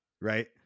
Right